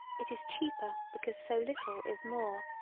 it is cheaper because so little is more.